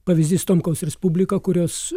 pavyzdys tomkaus respublika kurios